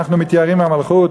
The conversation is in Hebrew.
אנחנו מתייראים מהמלכות,